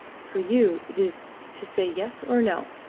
for you it is to say yes or no.